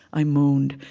i moaned,